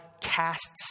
casts